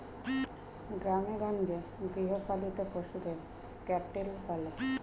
গ্রামেগঞ্জে গৃহপালিত পশুদের ক্যাটেল বলে